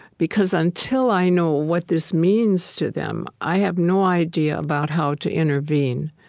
because until i know what this means to them, i have no idea about how to intervene.